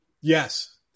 yes